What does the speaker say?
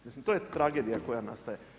Mislim to je tragedija koja nastaje.